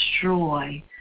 destroy